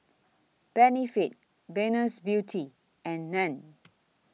Benefit Venus Beauty and NAN